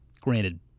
granted